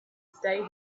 stay